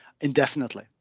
indefinitely